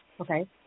Okay